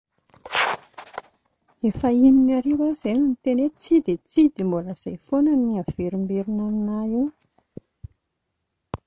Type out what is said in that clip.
Efa in'arivo aho izay no niteny hoe tsia dia tsia dia mbola izay foana no haverimberina aminà eo